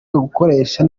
gukoresha